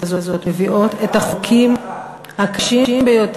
הזאת מביאות את החוקים הקשים ביותר,